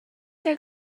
their